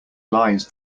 lies